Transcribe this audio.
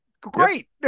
Great